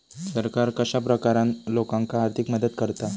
सरकार कश्या प्रकारान लोकांक आर्थिक मदत करता?